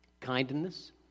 kindness